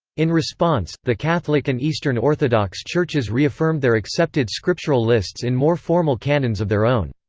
in response, the catholic and eastern orthodox churches reaffirmed their accepted scriptural lists in more formal canons of their own.